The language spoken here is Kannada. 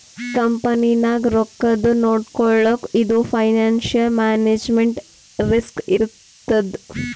ಕಂಪನಿನಾಗ್ ರೊಕ್ಕಾದು ನೊಡ್ಕೊಳಕ್ ಇದು ಫೈನಾನ್ಸಿಯಲ್ ಮ್ಯಾನೇಜ್ಮೆಂಟ್ ರಿಸ್ಕ್ ಇರ್ತದ್